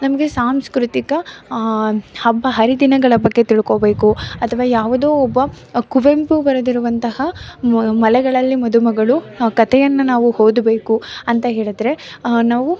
ನಮಗೆ ಸಾಂಸ್ಕೃತಿಕ ಹಬ್ಬ ಹರಿದಿನಗಳ ಬಗ್ಗೆ ತಿಳ್ಕೊಳ್ಬೇಕು ಅಥವಾ ಯಾವುದೋ ಒಬ್ಬ ಕುವೆಂಪು ಬರೆದಿರುವಂತಹ ಮಲೆಗಳಲ್ಲಿ ಮದುಮಗಳು ಕತೆಯನ್ನು ನಾವು ಓದ್ಬೇಕು ಅಂತ ಹೇಳಿದರೆ ನಾವು